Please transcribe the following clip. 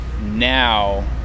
now